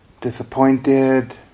disappointed